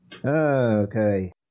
Okay